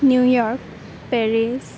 New York Paris